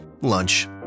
Lunch